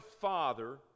father